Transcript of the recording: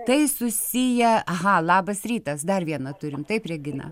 tai susiję aha labas rytas dar vieną turim taip regina